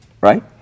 Right